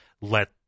Let